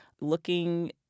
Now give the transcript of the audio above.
Looking